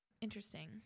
Interesting